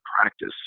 practice